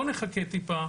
בואו נחכה טיפה.